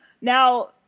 Now